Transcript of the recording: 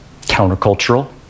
countercultural